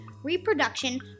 reproduction